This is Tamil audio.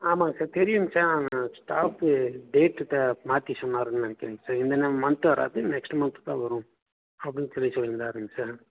ஆமாங்க சார் தெரியுங்க சார் ஸ்டாஃப்க டேட்டுத்த மாற்றி சொன்னாருன்னு நினைக்கிறேங்க சார் இந்தந்த மந்த் வராது நெக்ஸ்ட் மந்த்து தான் வரும் அப்படின்னு சொல்லி சொல்லியிந்தாருங்க சார்